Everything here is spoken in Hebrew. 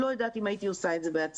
לא יודעת אם הייתי עושה את זה בעצמי,